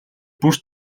бүр